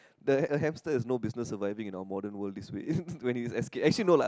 the a hamster has no business surviving in our modern world this way when he escapes actually no lah